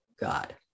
God